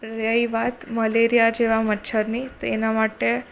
રહી વાત મલેરિયા જેવા મચ્છરની તો એના માટે